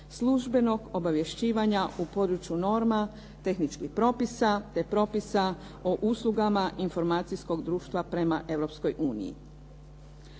službenog obavješćivanja u području norma, tehničkih propisa, te propisa o uslugama informacijskog društva prema